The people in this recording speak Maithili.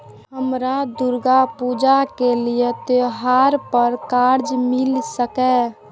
हमरा दुर्गा पूजा के लिए त्योहार पर कर्जा मिल सकय?